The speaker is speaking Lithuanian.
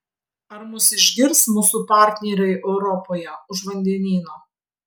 ar mus išgirs mūsų partneriai europoje už vandenyno